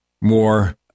more